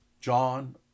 John